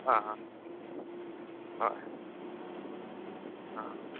ꯑꯥ ꯑꯥ ꯍꯣꯏ ꯑꯥ